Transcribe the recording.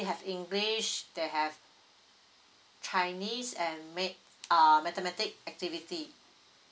have english they have chinese and math uh mathematic activity